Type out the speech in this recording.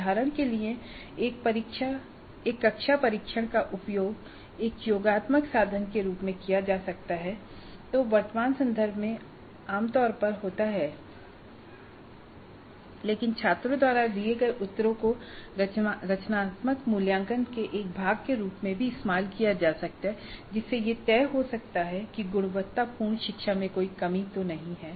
उदाहरण के लिए एक कक्षा परीक्षण का उपयोग एक योगात्मक साधन के रूप में किया जा सकता है जो वर्तमान संदर्भ में आम तौर पर होता है लेकिन छात्रों द्वारा दिए गए उत्तरों को रचनात्मक मूल्यांकन के एक भाग के रूप में भी इस्तेमाल किया जा सकता है जिससे ये तय हो सकता है कि गुणवत्तापूर्ण शिक्षा में कोई कमी तो नहीं है